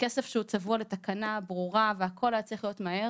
להרחיב ולשים דגש גם על חינוך בני נוער בכל